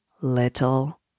little